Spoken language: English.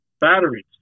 batteries